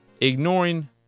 ignoring